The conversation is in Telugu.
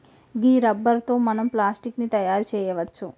గీ రబ్బరు తో మనం ప్లాస్టిక్ ని తయారు చేయవచ్చు